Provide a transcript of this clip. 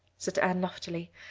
said anne loftily.